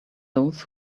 those